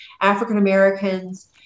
African-Americans